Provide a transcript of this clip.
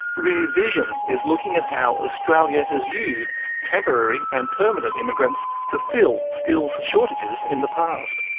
rear vision is looking at how australia has used temporary and permanent immigrants to fill skills shortages in the past.